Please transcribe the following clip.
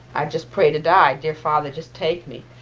i'd just pray to die. dear father, just take me.